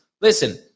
listen